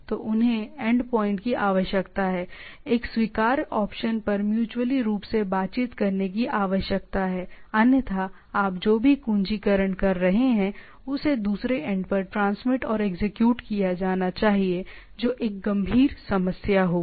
तो उन्हें end point की आवश्यकता है एक स्वीकार्य ऑप्शन पर म्युचुअली रूप से बातचीत करने की आवश्यकता हैअन्यथा आप जो भी कुंजीकरण कर रहे हैं उसे दूसरे एंड पर ट्रांसमिट और एग्जीक्यूट किया जाना चाहिए जो एक गंभीर समस्या होगी